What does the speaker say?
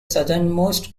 southernmost